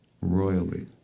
royally